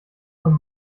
von